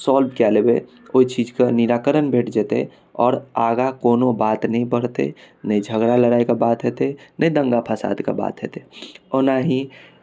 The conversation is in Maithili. सॉल्व कए लेबै ओहि चीजके निराकरण भेट जेतै और आगा कोनो बात नै बढ़तै नै झगड़ा लड़ाइ के बात हेतै नै दंगा फसाद के बात हेतै ओनाही